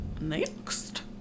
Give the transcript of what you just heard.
next